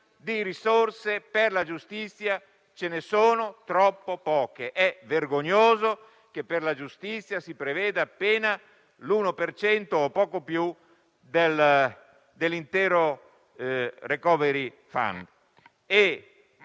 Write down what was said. di risorse per la giustizia ce ne sono troppo poche. È vergognoso che per la giustizia si preveda appena l'1 per cento o poco più dell'intero *recovery fund*.